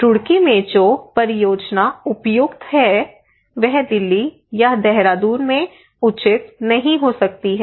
रुड़की में जो परियोजना उपयुक्त है वह दिल्ली या देहरादून में उचित नहीं हो सकती है